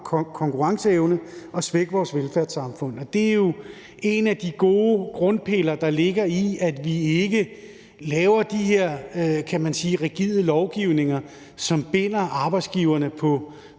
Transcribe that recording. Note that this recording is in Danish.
konkurrenceevne og svække vores velfærdssamfund. Det er jo en af de gode grundpiller, der er i, at vi ikke laver de her rigide lovgivninger, som binder arbejdsgiverne